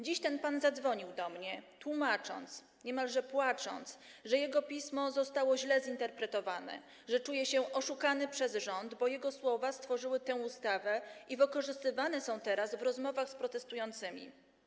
Dziś ten pan zadzwonił do mnie, tłumacząc, niemalże płacząc, że jego pismo zostało źle zinterpretowane, że czuje się oszukany przez rząd, bo jego słowa stworzyły tę ustawę i wykorzystywane są teraz w rozmowach z protestującymi.